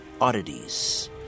oddities